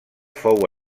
fou